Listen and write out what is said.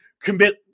commit